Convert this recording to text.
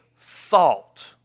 thought